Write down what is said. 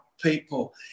people